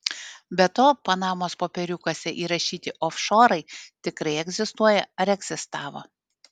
be to panamos popieriukuose įrašyti ofšorai tikrai egzistuoja ar egzistavo